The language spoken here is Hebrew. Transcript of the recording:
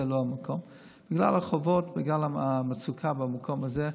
זה לא המקום, בגלל החובות, בגלל המצוקה במקום הזה.